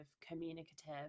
communicative